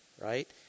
right